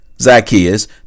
Zacchaeus